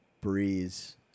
Breeze